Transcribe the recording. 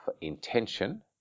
intention